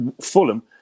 Fulham